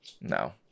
no